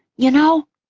you know?